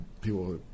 people